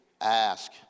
ask